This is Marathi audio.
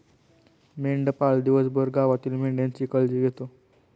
मेंढपाळ दिवसभर गावातील मेंढ्यांची काळजी घेतो